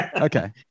Okay